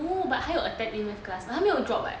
no but 她有 attend A math class but 她没有 drop [what]